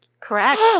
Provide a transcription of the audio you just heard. Correct